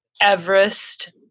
Everest